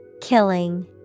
Killing